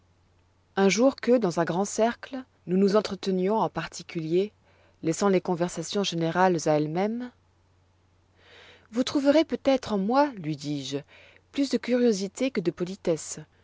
un jour que dans un grand cercle nous nous entretenions en particulier laissant les conversations générales à elles-mêmes vous trouverez peut-être en moi lui dis-je plus de curiosité que de politesse